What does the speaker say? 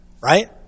Right